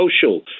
social